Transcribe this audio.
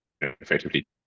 effectively